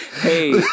Hey